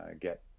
get